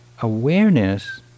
awareness